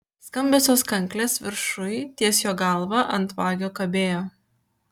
skambiosios kanklės viršuj ties jo galva ant vagio kabėjo